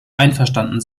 einverstanden